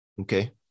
Okay